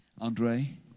Andre